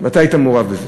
ואתה היית מעורב בזה.